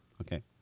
Okay